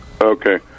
Okay